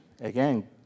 Again